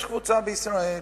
יש קבוצה בישראל,